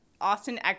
austin